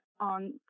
on